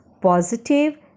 positive